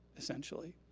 essentially.